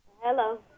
Hello